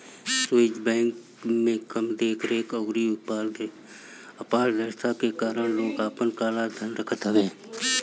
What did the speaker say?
Swiss bank में कम देख रेख अउरी अपारदर्शिता के कारण लोग आपन काला धन रखत हवे